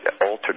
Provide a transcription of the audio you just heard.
altered